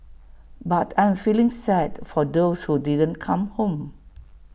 but I am feeling sad for those who didn't come home